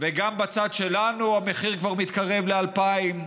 וגם בצד שלנו המחיר כבר מתקרב ל-2,000.